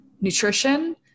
nutrition